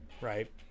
right